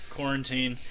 Quarantine